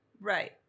right